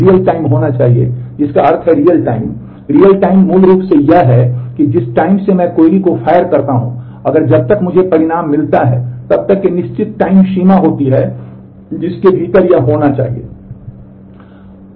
real time सीमा होती है जिसके भीतर यह होना होता है